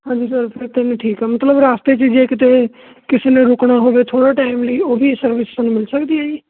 ਹਾਂਜੀ ਸਰ ਫਿਰ ਤਾਂ ਮੈਂ ਠੀਕ ਹਾਂ ਮਤਲਬ ਰਸਤੇ 'ਚ ਜੇ ਕਿਤੇ ਕਿਸੇ ਨੇ ਰੁਕਣਾ ਹੋਵੇ ਥੋੜ੍ਹਾ ਟਾਈਮ ਲਈ ਉਹ ਵੀ ਸਰਵਿਸ ਸਾਨੂੰ ਮਿਲ ਸਕਦੀ ਆ ਜੀ